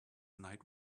night